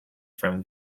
from